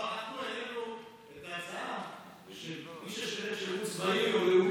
אנחנו העלינו את ההצעה שמי ששירת שירות צבאי והוא יהודי,